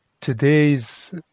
today's